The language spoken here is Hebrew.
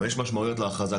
אבל יש משמעויות להכרזה,